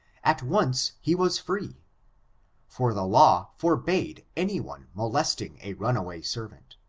at once he was free for the law forbade any one molesting a runaway servant